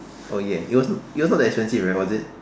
oh ya it was not it was not that expensive right or was it